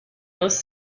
most